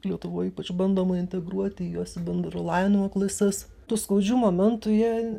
lietuvoj ypač bandoma integruoti juos į bendro lavinimo klases tų skaudžių momentų jie